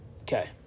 Okay